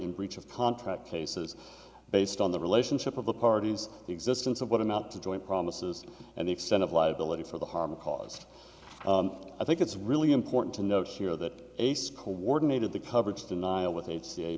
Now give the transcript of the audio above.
in breach of contract cases based on the relationship of the parties the existence of what amount to joint promises and the extent of liability for the harm caused i think it's really important to note here that ace coordinated the coverage denial with h